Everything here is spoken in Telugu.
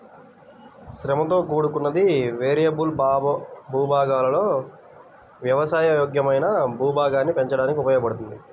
శ్రమతో కూడుకున్నది, వేరియబుల్ భూభాగాలలో వ్యవసాయ యోగ్యమైన భూభాగాన్ని పెంచడానికి ఉపయోగించబడింది